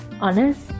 honest